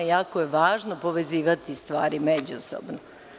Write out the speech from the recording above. Jako je važno povezivati stvari međusobno.